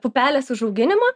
pupelės užauginimo